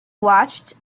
watched